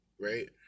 right